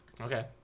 Okay